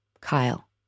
Kyle